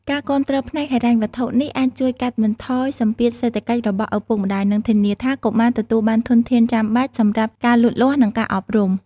ការគាំទ្រផ្នែកហិរញ្ញវត្ថុនេះអាចជួយកាត់បន្ថយសម្ពាធសេដ្ឋកិច្ចរបស់ឪពុកម្តាយ និងធានាថាកុមារទទួលបានធនធានចាំបាច់សម្រាប់ការលូតលាស់ និងការអប់រំ។